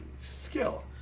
Skill